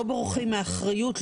בורחים מאחריות,